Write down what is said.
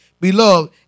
Beloved